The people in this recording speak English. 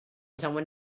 someone